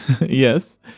yes